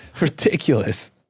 Ridiculous